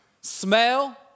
smell